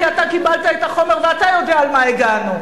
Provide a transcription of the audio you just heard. כי אתה קיבלת את החומר ואתה יודע למה הגענו.